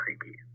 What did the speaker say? creepy